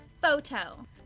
Photo